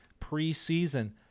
preseason